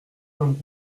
femme